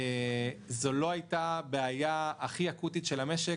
זו לא הייתה הבעיה הכי אקוטית של המשק,